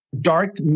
dark